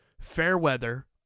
fairweather